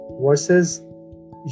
versus